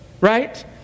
Right